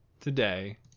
today